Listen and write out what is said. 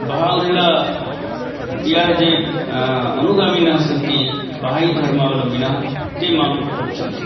Baha'u'llah या ये अनुगामिनः सन्ति भायीधर्मावलम्बिनः ते मां रोचन्ते